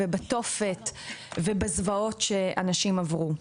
בתופת ובזוועות שאנשים עברו.